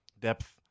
depth